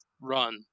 run